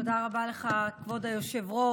תודה רבה לך, כבוד היושב-ראש.